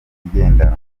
igendanwa